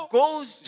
goes